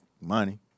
money